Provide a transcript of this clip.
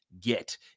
get